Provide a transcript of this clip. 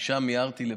משם מיהרתי לפה,